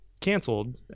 canceled